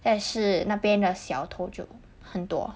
但是那边的小偷就很多